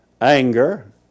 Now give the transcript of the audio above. anger